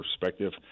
perspective